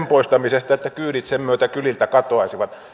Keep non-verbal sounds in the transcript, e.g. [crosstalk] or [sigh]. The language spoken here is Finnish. [unintelligible] poistamisesta että kyydit sen myötä kyliltä katoaisivat